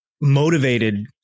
motivated